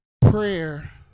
prayer